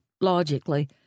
logically